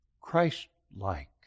Christ-like